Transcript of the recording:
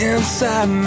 Inside